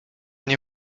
nie